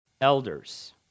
Elders